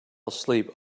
asleep